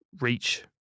reach